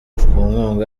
nkunga